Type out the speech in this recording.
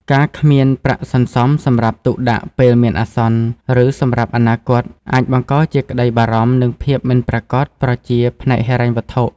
ការគ្មានប្រាក់សន្សំសម្រាប់ទុកដាក់ពេលមានអាសន្ន ឬសម្រាប់អនាគត អាចបង្កជាក្តីបារម្ភ និងភាពមិនប្រាកដប្រជាផ្នែកហិរញ្ញវត្ថុ។